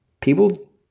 People